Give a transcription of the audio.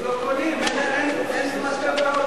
אם לא קונים אין משכנתאות,